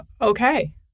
okay